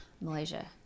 Malaysia